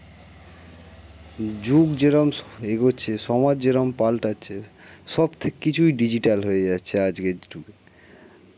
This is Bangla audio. যুগ যেরম এগোচ্ছে সমাজ যেরম পাল্টাচ্ছে সবথেকে কিছুই ডিজিটাল হয়ে যাচ্ছে আজকের যুগে